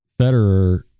Federer